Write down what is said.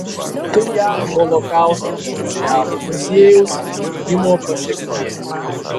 tai jav holokausto memorialo muziejaus įsteigimo pasekmė